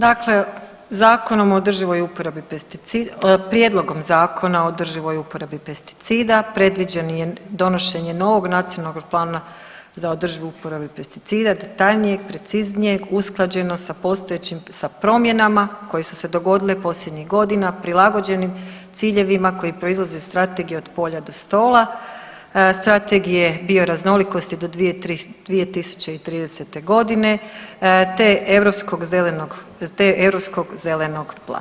Dakle, Zakonom o održivoj uporabi, Prijedlogom Zakona o održivoj uporabi pesticida predviđeni je donošenje novog Nacionalnog plana za održivu uporabu pesticida, detaljnijeg i preciznijeg, usklađeno sa postojećim, sa promjenama koje su se dogodile posljednjih godina, prilagođenim ciljevima koji proizlaze iz Strategije od polja do stola, Strategije bioraznolikosti do 2030. godine te Europskog zelenog, te Europskog zelenog plana.